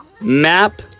Map